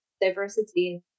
diversity